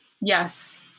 Yes